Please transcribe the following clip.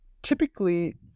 typically